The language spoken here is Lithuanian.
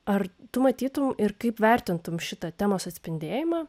ar tu matytum ir kaip vertintum šitą temos atspindėjimą